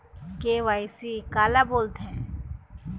KYC काला बोलथें?